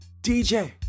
DJ